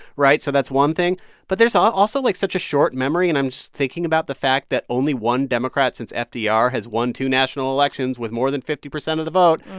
right? so that's one thing but there's ah also, like, such a short memory. and i'm just thinking about the fact that only one democrat since fdr has won two national elections with more than fifty percent of the vote,